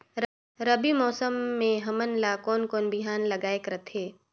रबी मौसम मे हमन ला कोन कोन बिहान लगायेक रथे?